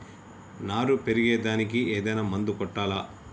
నారు పెరిగే దానికి ఏదైనా మందు కొట్టాలా?